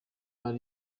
hari